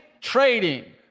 trading